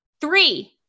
three